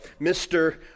Mr